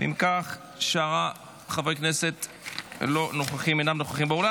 אם כך, שאר חברי הכנסת אינם נוכחים באולם.